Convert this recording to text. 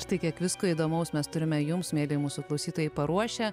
štai kiek visko įdomaus mes turime jums mielieji mūsų klausytojai paruošę